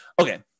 okay